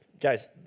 Guys